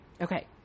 Okay